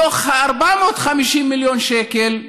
מתוך 450 מיליון שקל,